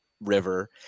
river